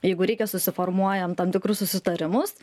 jeigu reikia susiformuojam tam tikrus susitarimus